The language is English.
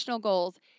goals